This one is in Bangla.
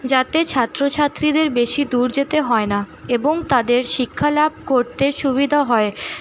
যাতে ছাত্রছাত্রীদের বেশি দূর যেতে হয়না এবং তাদের শিক্ষা লাভ করতে সুবিধা হয়